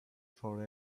for